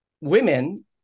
women